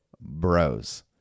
bros